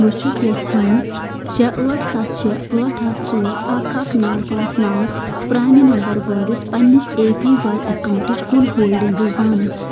بہٕ چھُس یژھان شےٚ ٲٹھ سَتھ شےٚ ٲٹھ اَکھ ژور اَکھ اَکھ نَو پانٛژھ نَو پرانہِ نمبر وٲلِس پننِس اے پی واے اکاونٹٕچ کُل ہولڈنگٕز زانٕنۍ